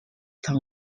town